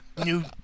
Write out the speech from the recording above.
New